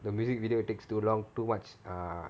the music video takes too long too much err